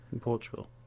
Portugal